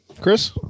Chris